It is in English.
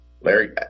Larry